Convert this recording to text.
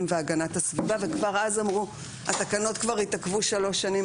והגנת הסביבה וכבר אז אמרו שהתקנות התעכבו שלוש שנים,